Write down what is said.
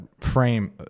frame